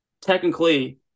Technically